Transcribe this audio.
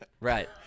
Right